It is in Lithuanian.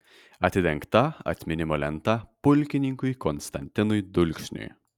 atidengta atminimo lenta pulkininkui konstantinui dulksniui